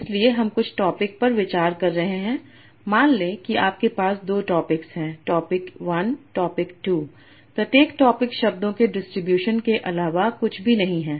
इसलिए हम कुछ टॉपिक पर विचार कर रहे हैं मान लें कि आपके पास 2 टॉपिक हैं टॉपिक 1 टॉपिक 2 प्रत्येक टॉपिक शब्दों के डिस्ट्रीब्यूशन के अलावा कुछ भी नहीं है